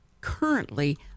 currently